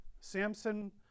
Samson